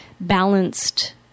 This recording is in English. balanced